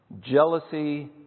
Jealousy